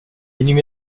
inhumé